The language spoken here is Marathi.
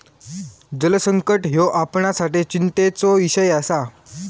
जलसंकट ह्यो आपणासाठी चिंतेचो इषय आसा